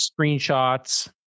screenshots